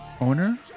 owner